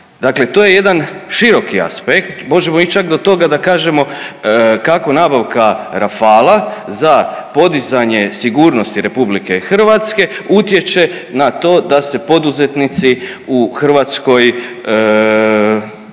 Dakle to je jedan široki aspekt, možemo ić čak do toga da kažemo kako nabavka Rafaela za podizanje sigurnosti RH utječe na to da se poduzetnici u Hrvatskoj,